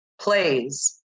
plays